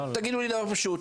תגידו לי דבר פשוט,